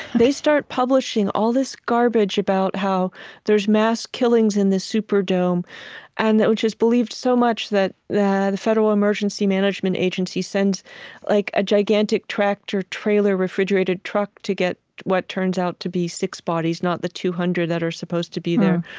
they start publishing all this garbage about how there's mass killings in the superdome and that was just believed so much that the the federal emergency management agency sends like a gigantic tractor trailer refrigerated truck to get what turns out to be six bodies, not the two hundred that are supposed to be there.